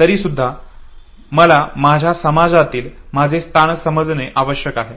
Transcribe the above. तरी सुद्धा मला माझ्या समाजातील माझे स्थान समजणे आवश्यक आहे